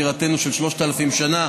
בירתנו 3000 שנה,